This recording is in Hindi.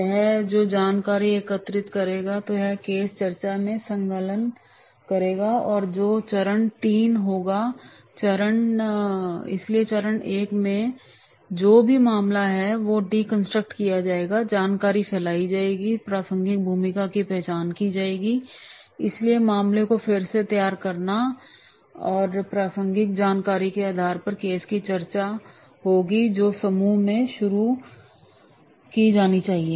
वह जो जानकारी एकत्र करेगा तो वह केस चर्चा को संलग्न करेगा जो कि चरण तीन होगा इसलिए चरण एक में जो भी मामला है जो डिकंस्ट्रक्ट किया जाएगा जानकारी फैलाई जाएगी प्रासंगिक भूमिकाओं की पहचान की जाएगी इसलिए मामले को फिर से तैयार करना और केस की प्रासंगिक जानकारी के आधार पर केस की चर्चा होगी जो समूह में शुरू की जानी चाहिए